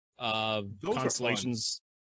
constellations